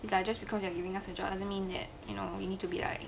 like just because you are giving us a job doesn't mean that you know you need to be like